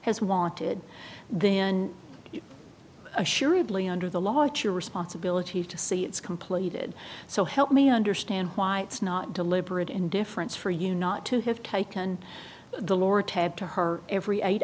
has wanted then assuredly under the law it's your responsibility to say it's completed so help me understand why it's not deliberate indifference for you not to have taken the lortab to her every eight